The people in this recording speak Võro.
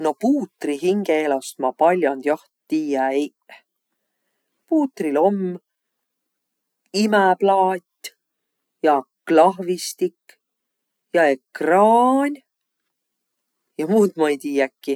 No puutri hingeelost ma pall'ond joht tiiä eiq. Puutril om imäplaat ja klahvistik ja ekraan. Ja muud ma-i tiiäkiq.